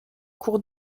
cours